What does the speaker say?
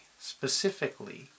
specifically